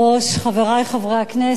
חברי חברי הכנסת,